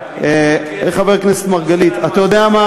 אתה יודע,